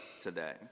today